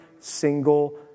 single